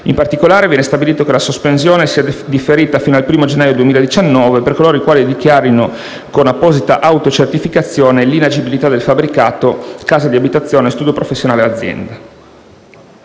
In particolare viene stabilito che la sospensione sia differita fino al primo gennaio 2019 per coloro i quali dichiarino con apposita autocertificazione l'inagibilità del fabbricato, casa di abitazione, studio professionale o azienda.